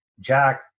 Jack